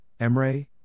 Emre